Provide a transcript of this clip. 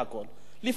לפרוס את החובות,